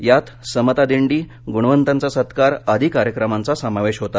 यात समता दिंडी गुणवंतांचा सत्कार आदि कार्यक्रमांचा समावेश होता